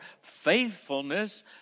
faithfulness